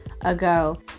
ago